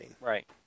Right